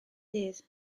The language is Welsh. dydd